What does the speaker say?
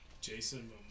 Jason